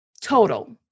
total